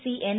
C N